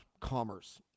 commerce